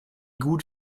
gut